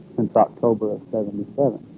since october of seventy seven